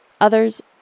Others